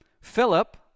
Philip